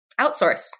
outsource